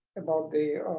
about the